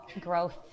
Growth